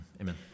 amen